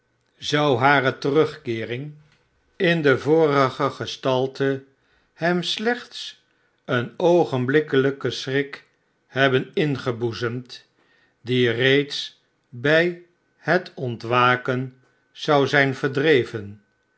zou hare terugkeering in de vorige gestalte hem slechts een oogenblikkelijken schrik hebben ingeboezemd die reeds bij het ontwaken zou zijn verdreven